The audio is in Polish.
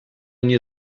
nie